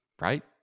Right